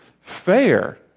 fair